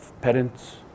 parents